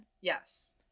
Yes